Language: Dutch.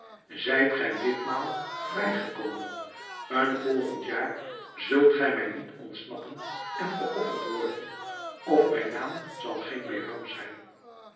zijt gij ditmaal vrij gekomen een volgend jaar zult gij mij niet ontsnappen en geofferd worden of mijn naam zal geen behram zijn